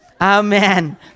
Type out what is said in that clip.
Amen